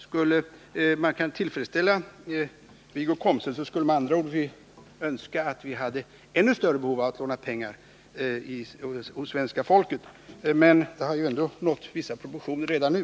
Skulle man tillfredsställa Wiggo Komstedt, skulle man med andra ord önska att vi hade ännu större behov av att låna pengar hos svenska folket, men den upplåningen har ändå nått vissa proportioner redan nu.